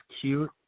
cute